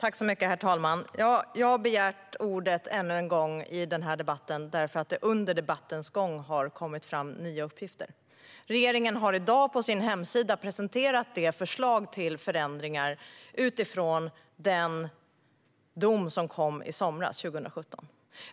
Herr talman! Jag har begärt ordet ännu en gång i den här debatten därför att det under debattens gång har kommit fram nya uppgifter. Regeringen har i dag på sin hemsida presenterat det förslag till förändringar som grundar sig i den dom som kom i somras, alltså 2017.